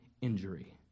injury